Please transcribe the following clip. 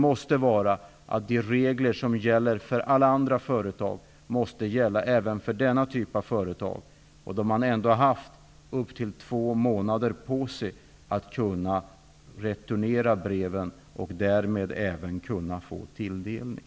Vi anser att de regler som gäller för alla andra företag måste gälla även denna typ av företag. Bolaget har ändå haft upp till två månader på sig att returnera breven och därmed även kunna få tilldelning.